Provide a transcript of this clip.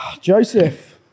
Joseph